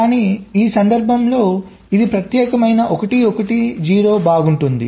కానీ ఈ సందర్భంలో ఇది ప్రత్యేకమైన 1 1 0 బాగుంటుంది